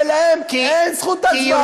ולהם אין זכות הצבעה